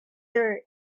there